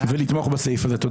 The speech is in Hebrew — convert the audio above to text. תודה.